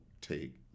take